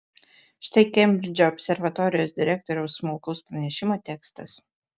štai kembridžo observatorijos direktoriaus smulkaus pranešimo tekstas